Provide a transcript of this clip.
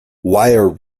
wire